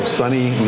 sunny